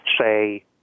say